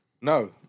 No